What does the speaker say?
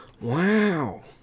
Wow